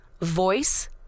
voice